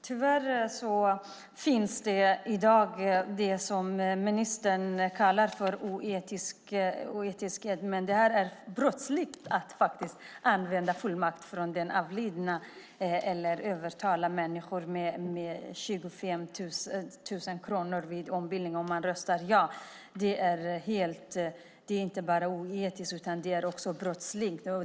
Herr talman! Tyvärr finns det i dag de som uppträder oetiskt, som ministern kallar det. Men det är faktiskt brottsligt att använda fullmakt från avlidna eller att vid ombildning övertala människor att rösta ja för 25 000 kronor. Det är inte bara oetiskt, utan det är också brottsligt.